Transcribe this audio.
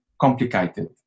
complicated